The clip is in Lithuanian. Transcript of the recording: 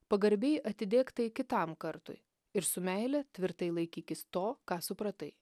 pagarbiai atidėk tai kitam kartui ir su meile tvirtai laikykis to ką supratai